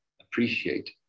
appreciate